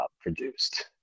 produced